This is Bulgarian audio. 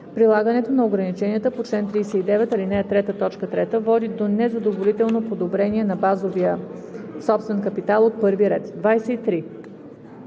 прилагането на ограниченията по чл. 39, ал. 3, т. 3 води до незадоволително подобрение на базовия собствен капитал от първи ред; 23.